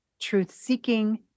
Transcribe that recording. truth-seeking